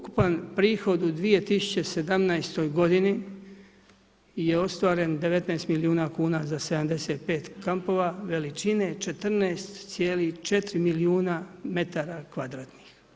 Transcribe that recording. Ukupan prihod u 2017. godini je ostvaren 19 milijuna kuna za 75 kampova veličine 14,4 milijuna metara kvadratnih.